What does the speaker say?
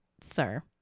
sir